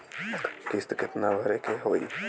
किस्त कितना भरे के होइ?